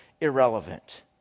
irrelevant